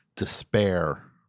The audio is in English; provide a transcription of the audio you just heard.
despair